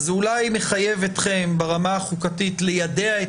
זה אולי מחייב אתכם ברמה החוקתית ליידע את